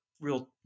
real